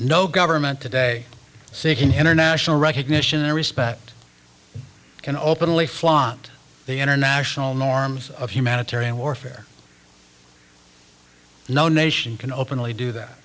no government today seeking international recognition and respect can openly flaunt the international norms of humanitarian warfare no nation can openly do that